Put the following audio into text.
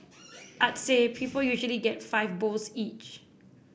I'd say people usually get five bowls each